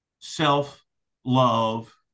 self-love